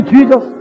Jesus